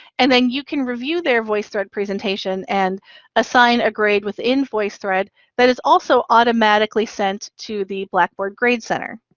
and then you can review their voicethread presentation and assign a grade within voicethread that is also automatically sent to the blackboard grade center.